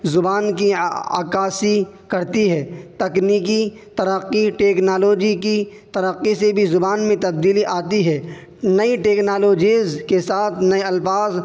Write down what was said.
زبان کی عکاسی کرتی ہے تکنیکی ترقی ٹیکنالوجی کی ترقی سے بھی زبان میں تبدیلی آتی ہے نئی ٹیکنالوجیز کے ساتھ نئے الفاظ